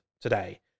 today